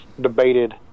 debated